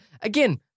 again